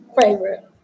favorite